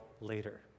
later